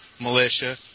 militia